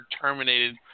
terminated